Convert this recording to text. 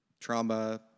Trauma